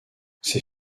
ces